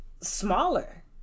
smaller